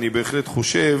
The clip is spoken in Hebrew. אני בהחלט חושב